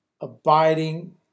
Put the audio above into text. abiding